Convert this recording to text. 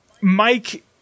mike